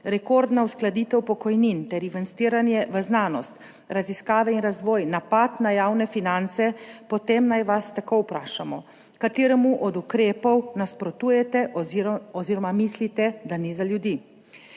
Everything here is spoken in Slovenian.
rekordna uskladitev pokojnin ter investiranje v znanost, raziskave in razvoj, napad na javne finance, potem naj vas takoj vprašamo, kateremu od ukrepov nasprotujete oziroma mislite, da ni za ljudi.